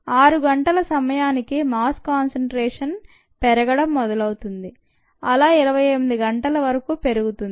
6 గంటల సమయానికి మాస్ కాన్సంట్రేషన్పెరగడం మొదలవతుంది అలా 28 గంటల వరకు పెరుగుతుంది